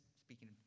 speaking